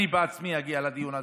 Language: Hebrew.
אני בעצמי אגיע לדיון הזה.